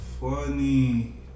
funny